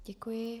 Děkuji.